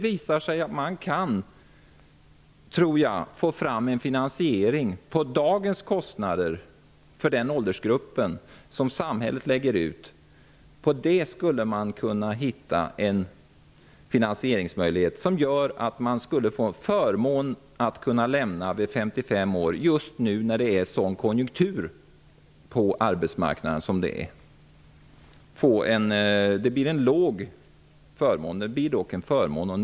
Jag tror att man kan få fram en finansiering på dagens samhällskostnader för den åldersgruppen, som gör att det vore en förmån att få sluta vid 55 års ålder just i den nuvarande arbetsmarknadskonjunkturen.